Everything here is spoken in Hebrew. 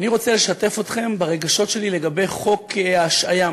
אני רוצה לשתף אתכם ברגשות שלי לגבי חוק ההשעיה,